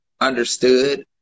understood